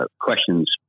questions